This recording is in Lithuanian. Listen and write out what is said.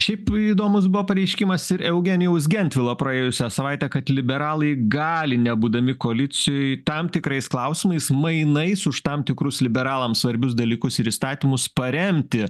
šiaip įdomus buvo pareiškimas ir eugenijaus gentvilo praėjusią savaitę kad liberalai gali nebūdami koalicijoj tam tikrais klausimais mainais už tam tikrus liberalams svarbius dalykus ir įstatymus paremti